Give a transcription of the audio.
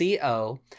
co